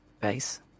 base